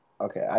Okay